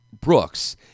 Brooks